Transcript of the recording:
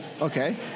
Okay